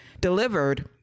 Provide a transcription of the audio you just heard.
delivered